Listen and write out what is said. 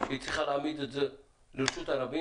שהיא צריכה להעמיד את זה לרשות הרבים